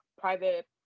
private